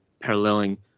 paralleling